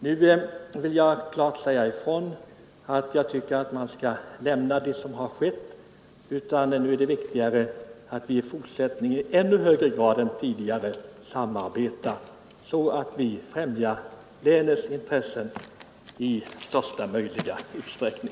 Sedan vill jag också klart säga ifrån att jag tycker vi skall lämna det som har varit; nu är det viktigare att vi i fortsättningen samarbetar i ännu högre grad än tidigare, så att vi främjar länets intressen i största möjliga utsträckning.